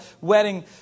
wedding